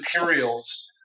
materials